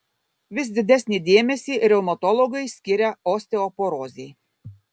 vis didesnį dėmesį reumatologai skiria osteoporozei